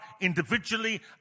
individually